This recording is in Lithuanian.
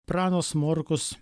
pranas morkus